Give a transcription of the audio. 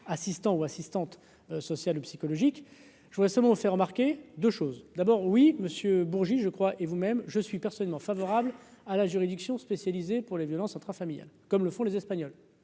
assistant ou assistante sociale, psychologique, je voudrais seulement faire remarquer 2 choses d'abord oui Monsieur Bourgi, je crois, et vous-même, je suis personnellement favorable à la juridiction spécialisée pour les violences intrafamiliales, comme le font les espagnols